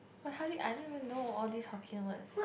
but how do you I don't even know all these Hokkien words